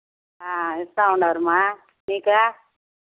ఇస్తు ఉన్నారు అమ్మ మీకు